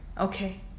Okay